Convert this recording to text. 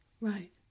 Right